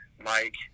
Mike